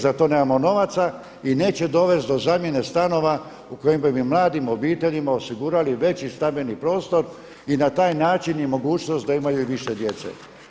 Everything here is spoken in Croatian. Za to nemamo novaca i neće dovesti do zamjene stanova u kojima bi mladim obiteljima osigurali veći stambeni prostor i na taj način i mogućnost da imaju i više djece.